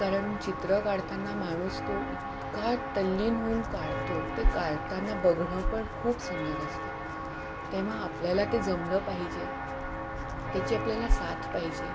कारण चित्र काढताना माणूस तो इतका तल्लीन होऊन काढतो ते काढताना बघणं पण खूप सुंदर असतं तेव्हा आपल्याला ते जमलं पाहिजे त्याची आपल्याला साथ पाहिजे